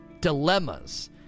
dilemmas